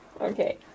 Okay